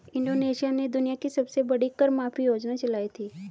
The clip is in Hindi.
इंडोनेशिया ने दुनिया की सबसे बड़ी कर माफी योजना चलाई थी